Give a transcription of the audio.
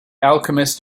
alchemist